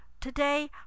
Today